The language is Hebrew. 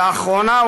לאחרונה",